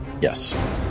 Yes